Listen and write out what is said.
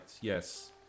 yes